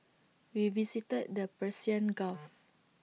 we visited the Persian gulf